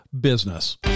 business